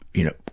you know,